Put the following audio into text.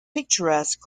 picturesque